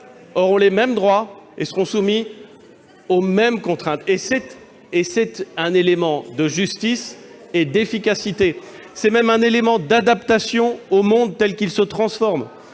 auront les mêmes droits et seront soumis aux mêmes contraintes. C'est un élément de justice et d'efficacité. C'est même un élément d'adaptation au monde tel qu'il se transforme,